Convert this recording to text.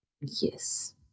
Yes